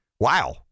Wow